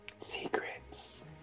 Secrets